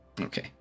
Okay